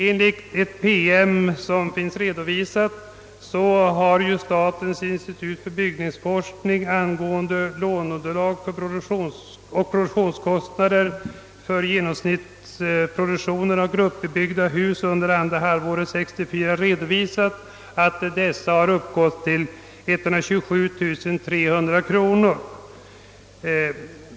Enligt en PM från statens institut för byggnadsforskning angående låneunderlag och produktionskostnader för genomsnittsproduktionen av gruppbebyggda hus under andra halvåret 1964 har kostnaderna uppgått till 127 300 kronor.